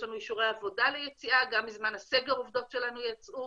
יש לנו אישורי עבודה ליציאה וגם בזמן הסגר עובדות שלנו יצאו.